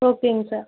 ஓகேங்க சார்